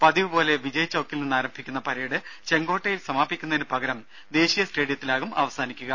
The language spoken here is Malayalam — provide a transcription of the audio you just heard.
പതിവുപോലെ വിജയ് ചൌക്കിൽ നിന്നാരംഭിക്കുന്ന പരേഡ് ചെങ്കോട്ടയിൽ സമാപിക്കുന്നതിന് പകരം ദേശീയ സ്റ്റേഡിയത്തിലാകും അവസാനിക്കുക